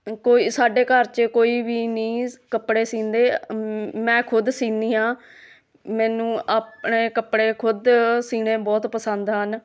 ਕੋਈ ਸਾਡੇ ਘਰ 'ਚ ਕੋਈ ਵੀ ਨਹੀਂ ਕੱਪੜੇ ਸਿਉਂਦੇ ਮੈਂ ਖੁਦ ਸਿਉਂਦੀ ਹਾਂ ਮੈਨੂੰ ਆਪਣੇ ਕੱਪੜੇ ਖੁਦ ਸਿਉਂਣੇ ਬਹੁਤ ਪਸੰਦ ਹਨ